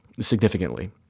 significantly